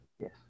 Yes